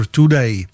Today